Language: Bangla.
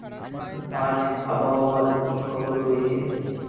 আজ আবহাওয়ার কি খবর রয়েছে?